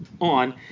on